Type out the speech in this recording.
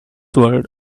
world